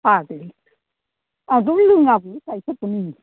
फाग्लि आंथ' लोङाबो गाइखेरखौनो